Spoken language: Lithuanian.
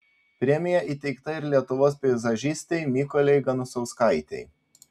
premija įteikta ir lietuvos peizažistei mykolei ganusauskaitei